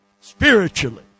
Spiritually